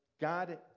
God